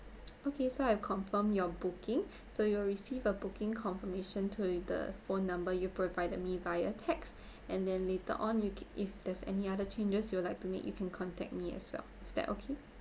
okay so I confirm your booking so you will receive a booking confirmation to the phone number you provided me via text and then later on you c~ if there's any other changes you would like to make you can contact me as well is that okay